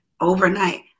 overnight